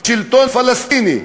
שלטון פלסטיני,